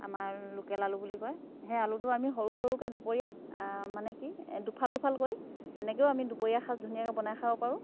আমাৰ লোকেল আলু বুলি কয় সেই আলুটো আমি সৰু সৰুকৈ দুপৰীয়া মানে কি দুফাল দুফাল কৰি তেনেকেও আমি দুপৰীয়া সাঁজ ধুনীয়াকৈ বনাই খাব পাৰোঁ